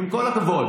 עם כל הכבוד,